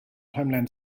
homeland